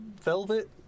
velvet